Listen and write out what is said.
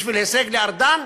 בשביל הישג לארדן?